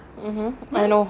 mmhmm I know